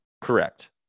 Correct